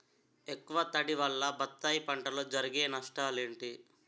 ఎక్కువ తడి వల్ల బత్తాయి పంటలో జరిగే నష్టాలేంటి?